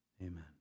amen